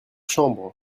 chambres